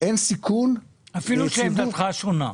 אין סיכון --- עמדתך שונה.